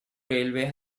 railway